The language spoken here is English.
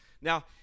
now